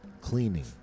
Cleaning